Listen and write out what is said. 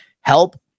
help